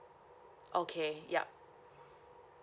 okay yup